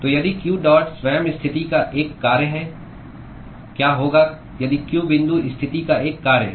तो यदि q dot स्वयं स्थिति का एक कार्य है क्या होगा यदि q बिंदु स्थिति का एक कार्य है